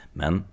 men